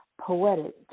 Poetic